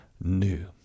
new